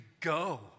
go